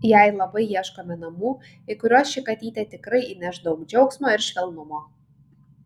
jai labai ieškome namų į kuriuos ši katytė tikrai įneš daug džiaugsmo ir švelnumo